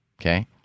okay